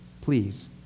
Please